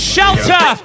Shelter